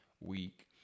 week